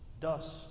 dust